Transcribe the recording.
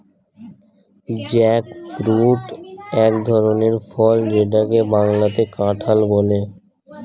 jackfruit এক ধরনের ফল যেটাকে বাংলাতে কাঁঠাল বলে